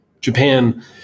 Japan